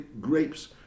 grapes